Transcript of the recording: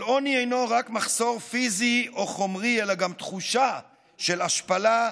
אבל עוני אינו רק מחסור פיזי או חומרי אלא גם תחושה של השפלה,